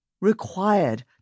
required